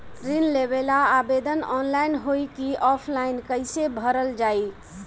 ऋण लेवेला आवेदन ऑनलाइन होई की ऑफलाइन कइसे भरल जाई?